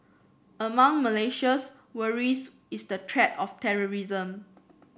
among Malaysia's worries is the threat of terrorism